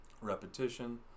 repetition